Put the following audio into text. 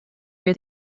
hear